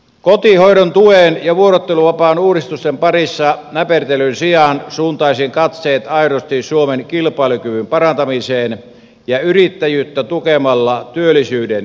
kotihoidon tuen ja vuorotteluvapaan uudistusten parissa näpertelyn sijaan suuntaisin katseet aidosti suomen kilpailukyvyn parantamiseen ja yrittäjyyttä tukemalla työllisyyden lisäämiseen